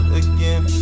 again